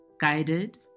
guided